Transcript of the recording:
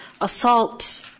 Assault